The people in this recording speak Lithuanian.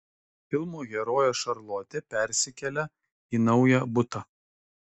filmo herojė šarlotė persikelia į naują butą